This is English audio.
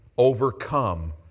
overcome